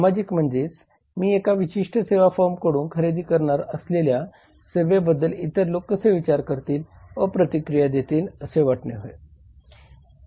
सामाजिक मी एका विशिष्ट सेवा फर्मकडून खरेदी करणार असलेल्या सेवेबद्दल इतर लोक कसे विचार करतील व प्रतिक्रिया देतील असे वाटणे होय